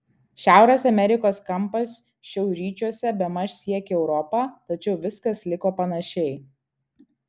šiaurės amerikos kampas šiaurryčiuose bemaž siekė europą tačiau viskas liko panašiai